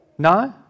No